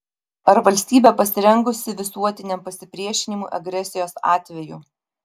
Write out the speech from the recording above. ar valstybė pasirengusi visuotiniam pasipriešinimui agresijos atveju